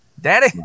Daddy